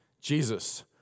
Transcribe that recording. Jesus